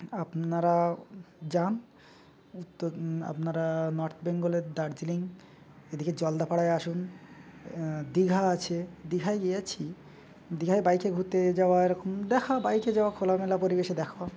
আপনারা যান উত্তর আপনারা নর্থ বেঙ্গলের দার্জিলিং এদিকে জলদাপাড়ায় আসুন দীঘা আছে দীঘায় গিয়েছি দীঘায় বাইকে ঘুরতে যাওয়া এরকম দেখা বাইকে যাওয়া খোলামেলা পরিবেশে দেখা